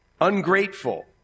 ungrateful